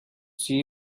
see